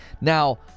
Now